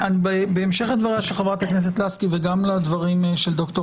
בהמשך לדבריה של חברת הכנסת לסקי וגם לדברים של ד"ר